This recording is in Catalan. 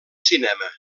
cinema